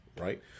right